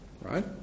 right